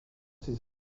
ses